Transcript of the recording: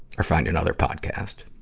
or find another podcast?